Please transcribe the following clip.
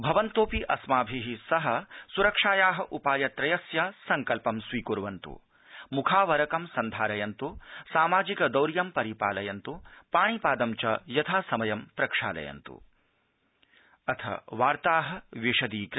भवन्तोऽपि अस्माभि सह सुरक्षाया उपायत्रयस्य सड्कल्पं स्वीकुर्वन्तु मुखावरकं सन्धारयन्तु सामाजिकदौर्यं परिपालयन्तु पाणिपादं च यथासमयं प्रक्षालयन्त्